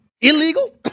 illegal